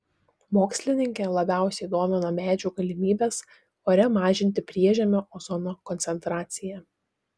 mokslininkę labiausiai domina medžių galimybės ore mažinti priežemio ozono koncentraciją